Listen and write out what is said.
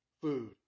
food